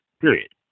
period